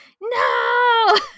no